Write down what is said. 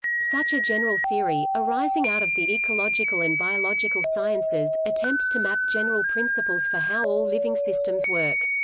such a general theory, arising out of the ecological and biological sciences, attempts to map general principles for how all living systems work.